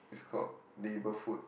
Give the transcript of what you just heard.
it's call label foot